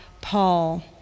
Paul